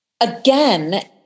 again